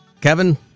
Kevin